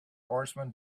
horseman